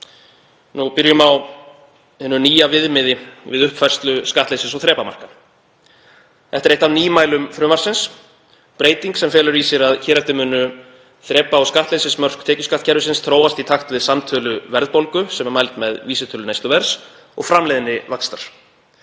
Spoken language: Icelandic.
um. Byrjum á hinu nýja viðmiði við uppfærslu skattleysis- og þrepamarka. Þetta er eitt af nýmælum frumvarpsins, breyting sem felur í sér að hér eftir munu þrepa- og skattleysismörk tekjuskattskerfisins þróast í takt við samtölu verðbólgu sem mæld er með vísitölu neysluverðs og framleiðnivaxtar.